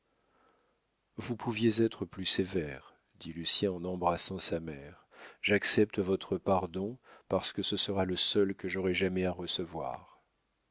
vous pouviez être plus sévère dit lucien en embrassant sa mère j'accepte votre pardon parce que ce sera le seul que j'aurai jamais à recevoir